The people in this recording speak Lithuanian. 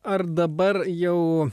ar dabar jau